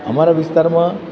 અમારા વિસ્તારમાં